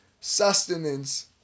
sustenance